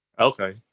Okay